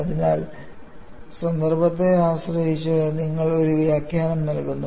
അതിനാൽ സന്ദർഭത്തെ ആശ്രയിച്ച് നിങ്ങൾ ഒരു വ്യാഖ്യാനം നൽകുന്നു